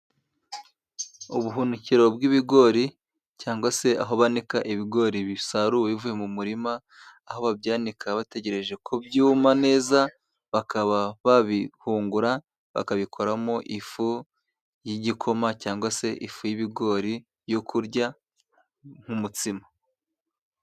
Ubuhunikiro bw'ibigori cyangwa se aho banika ibigori bisaruwe bivuye mu murima, aho babyanika bategereje ko byuma neza bakaba babihungura, bakabikoramo ifu y'igikoma cyangwa se ifu y'ibigori yo kurya nk'umutsima.